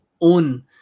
own